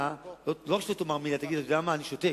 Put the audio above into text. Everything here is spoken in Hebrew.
לא רק שלא תאמר מלה, תגיד: אתה יודע מה, אני שותק.